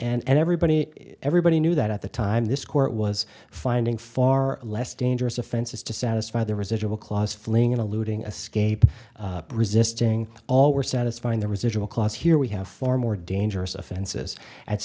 and everybody everybody knew that at the time this court was finding far less dangerous offenses to satisfy the residual clause fling in alluding a scape resisting all were satisfying the residual clause here we have four more dangerous offenses at